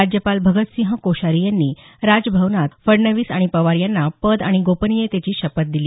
राज्यपाल भगत सिंह कोश्यारी यांनी राजभवनात फडवणीस आणि पवार यांना पद आणि गोपनियतेची शपथ दिली